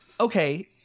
Okay